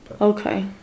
okay